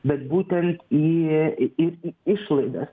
bet būtent į ir į išlaidas